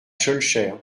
schœlcher